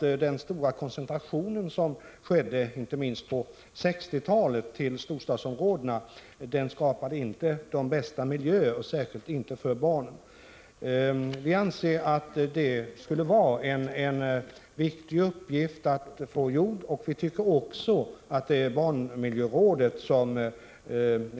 Den stora koncentration som skedde, inte minst på 1960-talet, till storstadsområdena skapade inte de bästa miljöer, särskilt inte för barnen. Vi anser detta vara en viktig uppgift som behöver utföras, och vi tycker även att barnmiljörådet